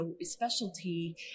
specialty